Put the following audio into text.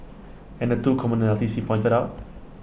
and the two commonalities he pointed out